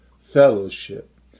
Fellowship